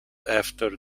after